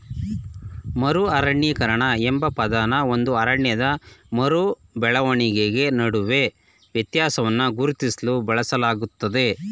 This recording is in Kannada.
ಮರು ಅರಣ್ಯೀಕರಣ ಎಂಬ ಪದನ ಒಂದು ಅರಣ್ಯದ ಮರು ಬೆಳವಣಿಗೆ ನಡುವೆ ವ್ಯತ್ಯಾಸವನ್ನ ಗುರುತಿಸ್ಲು ಬಳಸಲಾಗ್ತದೆ